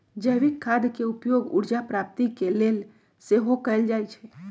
जैविक खाद के प्रयोग ऊर्जा प्राप्ति के लेल सेहो कएल जाइ छइ